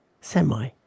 semi